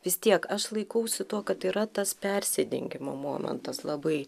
vis tiek aš laikausi tuo kad yra tas persidengimo momentas labai